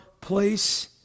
place